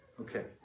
okay